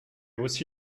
aussi